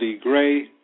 Gray